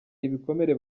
ibikomere